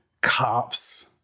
cops